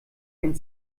ein